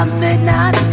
midnight